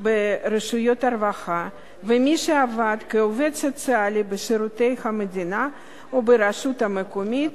ברשויות הרווחה ומי שעבד כעובד סוציאלי בשירות המדינה או ברשות מקומית,